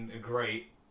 great